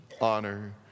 honor